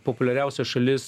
populiariausia šalis